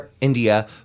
India